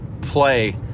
play